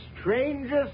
strangest